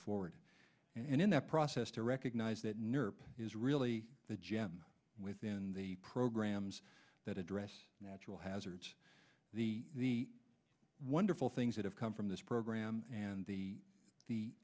forward and in that process to recognize that nerved is really the gem within the programs that address natural hazards the wonderful things that have come from this program and the the